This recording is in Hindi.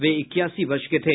वे इक्यासी वर्ष के थे